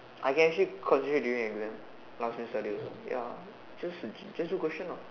I can actually concentrate doing exam last minute study also ya just just do question ah